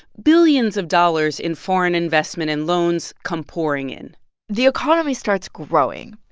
billions of dollars in foreign investment in loans come pouring in the economy starts growing,